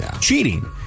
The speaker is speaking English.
cheating